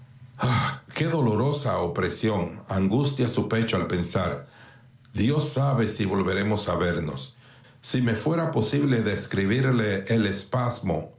vista qué dolorosa opresión angustia su pecho al pensar dios sabe si volveremos a vernos si me fuera posible describirle el espasmo